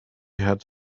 had